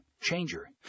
changer